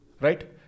Right